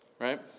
right